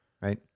right